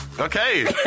Okay